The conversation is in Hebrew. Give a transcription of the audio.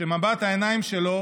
שמבט העיניים שלו